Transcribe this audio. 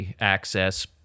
access